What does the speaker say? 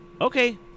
Okay